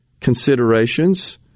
considerations